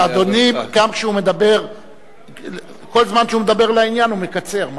אדוני, כל זמן שהוא מדבר לעניין, הוא מקצר.